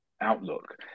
outlook